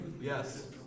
yes